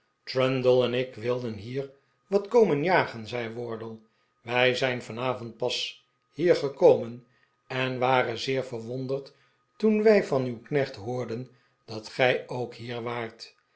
trundle en ik wilden hier wat komen jagen zei wardle wij zijn vanavond pas hier gekomen en waren zeer verwonderd toen wij van uw knecht hoorden dat gij ook hier waart